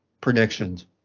predictions